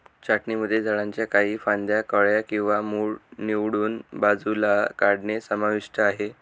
छाटणीमध्ये झाडांच्या काही फांद्या, कळ्या किंवा मूळ निवडून बाजूला काढणे समाविष्ट आहे